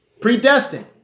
predestined